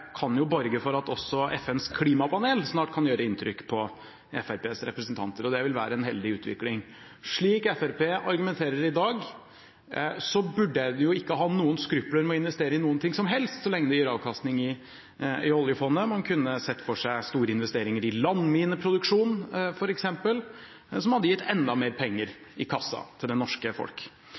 være en heldig utvikling. Slik Fremskrittspartiet argumenterer i dag, burde de ikke ha noen skrupler med å investere i noe som helst, så lenge det gir avkastning i oljefondet. Man kunne sett for seg store investeringer i landmineproduksjon f.eks., noe som hadde gitt enda mer penger i kassa til det norske folk.